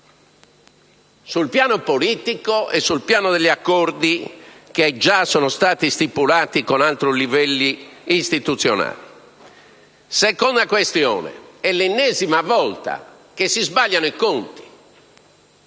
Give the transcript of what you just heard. sul piano politico e sul piano degli accordi che già sono stati stipulati con altri livelli istituzionali. Seconda questione. È l'ennesima volta che si sbagliano i conti,